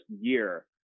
year